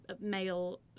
male